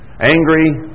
angry